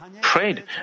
prayed